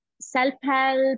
self-help